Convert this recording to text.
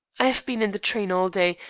i have been in the train all day,